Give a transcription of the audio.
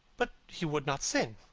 but he would not sin.